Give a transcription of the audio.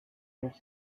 los